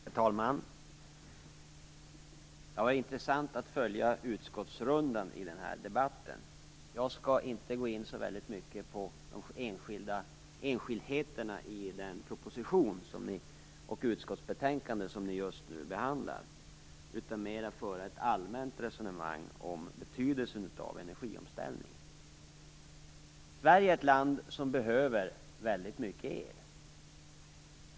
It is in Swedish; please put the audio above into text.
Herr talman! Det har varit intressant att följa utskottsrundan i debatten. Jag skall inte gå in så mycket på enskildheterna i den proposition och det utskottsbetänkande ni just nu behandlar utan mer föra ett allmänt resonemang om betydelsen av energiomställningen. Sverige är ett land som behöver mycket el.